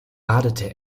radelte